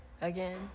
Again